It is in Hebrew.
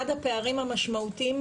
אחד הפערים המשמעותיים,